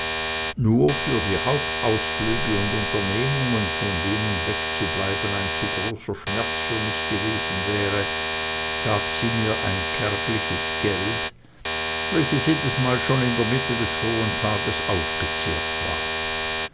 nur für die hauptausflüge und unternehmungen von denen wegzubleiben ein zu großer schmerz für mich gewesen wäre gab sie mir ein kärgliches geld welches jedesmal schon in der mitte des frohen tages aufgezehrt war